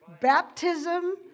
Baptism